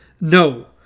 No